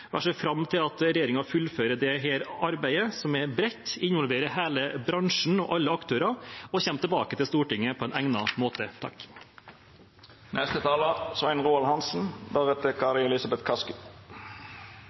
Jeg ser fram til at regjeringen fullfører dette arbeidet, som er bredt og involverer hele bransjen og alle aktører, og kommer tilbake til Stortinget på en egnet måte.